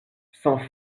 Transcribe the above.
sans